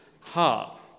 heart